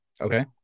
Okay